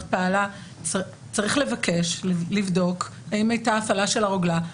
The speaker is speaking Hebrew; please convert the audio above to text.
פעלה צריך לבקש לבדוק האם הייתה הפעלה של הרוגלה.